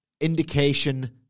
indication